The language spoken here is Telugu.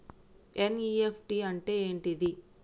ఎన్.ఇ.ఎఫ్.టి అంటే ఏంటిది?